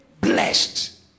blessed